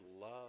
love